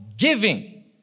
giving